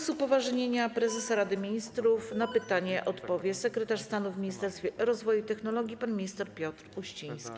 Z upoważnienia prezesa Rady Ministrów na pytanie odpowie sekretarz stanu w Ministerstwie Rozwoju i Technologii pan minister Piotr Uściński.